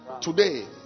today